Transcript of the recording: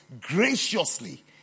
graciously